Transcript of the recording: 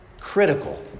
critical